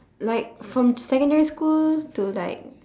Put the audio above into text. like from secondary school to like